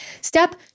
Step